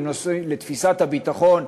לתפיסת הביטחון,